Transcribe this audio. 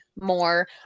more